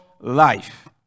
life